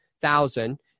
thousand